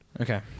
Okay